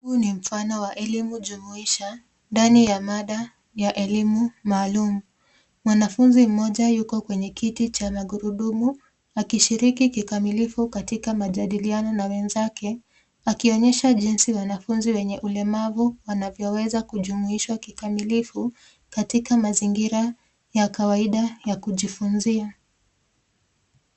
Huu ni mfano wa elimu jumuisha ndani ya mada ya elimu maalum. Mwanafunzi mmoja yuko kwenye kiti cha magurudumu akishiriki kikamilifu katika majadiliano na wenzake akionyesha jinsi wanafunzi wenye ulemavu wanavyoweza kujumuishwa kikamilifu katika mazingira ya kawaida ya kujifunzia.